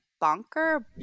Bonker